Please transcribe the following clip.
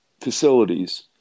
facilities